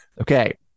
Okay